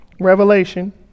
revelation